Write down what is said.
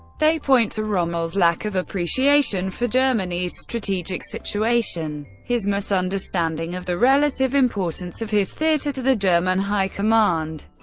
they point to rommel's lack of appreciation for germany's strategic situation, his misunderstanding of the relative importance of his theatre to the german high command,